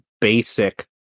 Basic